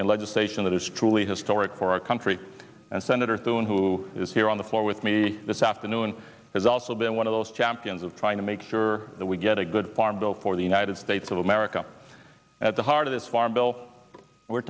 and legislation that is truly historic for our country and senator thune who is here on the floor with me this afternoon has also been one of those champions of trying to make sure that we get a good farm bill for the united states of america at the heart of this farm bill we're